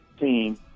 team